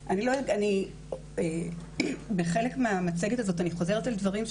אני מאמינה שאנחנו כוועדה נוציא מכתב שמפרט מה הצעדים שכן